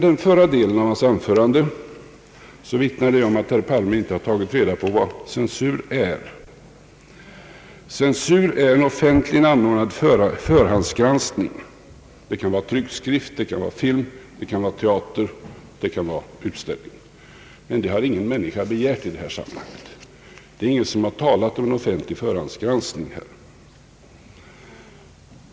Den förra delen av herr Palmes anförande vittnar om att han inte har tagit reda på vad censur är. Censur är en offentligen anordnad förhandsgranskning; det kan vara av tryckt skrift, film, teater eller en utställning. Men det har ingen människa begärt i detta sammanhang. Det är ingen som har talat om en offentlig förhandsgranskning av denna utställning.